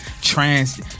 trans